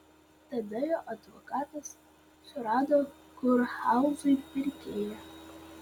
tada jo advokatas surado kurhauzui pirkėją